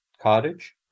cottage